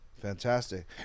Fantastic